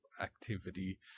activity